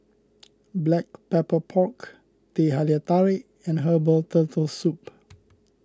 Black Pepper Pork Teh Halia Tarik and Herbal Turtle Soup